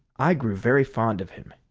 i grew very fond of him,